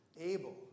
Abel